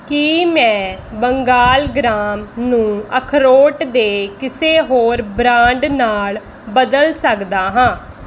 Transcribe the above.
ਕੀ ਮੈਂ Bengal gram ਨੂੰ ਅਖਰੋਟ ਦੇ ਕਿਸੇ ਹੋਰ ਬ੍ਰਾਂਡ ਨਾਲ਼ ਬਦਲ ਸਕਦਾ ਹਾਂ